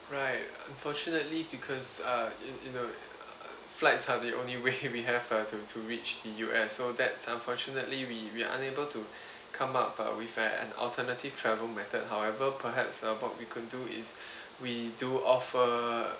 right unfortunately because uh you you know uh flights are the only way we have to to reach the U_S so that's unfortunately we we are unable to come up err with eh an alternative travel method however perhaps what we can do is we do offer